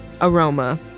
Aroma